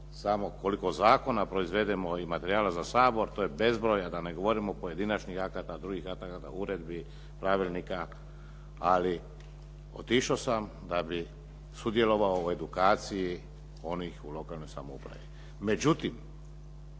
samo koliko zakona proizvedemo i materijala za Sabor to je bezbroj, a da ne govorim pojedinačnih akata, drugih akata, uredbi, pravilnika, ali otišao sam da bi sudjelovao u edukaciji onih u lokalnoj samoupravi.